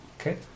Okay